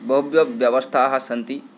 बह्वयः व्यवस्थाः सन्ति